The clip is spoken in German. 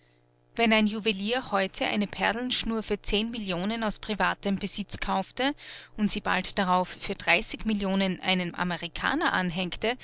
wenn ein juwelier heute eine perlenschnur für zehn millionen aus privatem besitz kaufte und sie bald darauf für dreißig millionen einem amerikaner anhängte